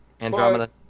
Andromeda